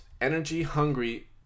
energy-hungry